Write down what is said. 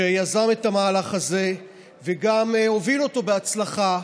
שיזם את המהלך הזה וגם הוביל אותו בהצלחה.